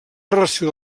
relació